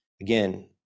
again